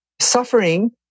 Suffering